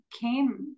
came